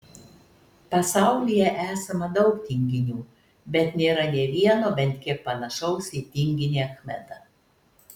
pasaulyje esama daug tinginių bet nėra nė vieno bent kiek panašaus į tinginį achmedą